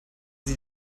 sie